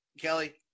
kelly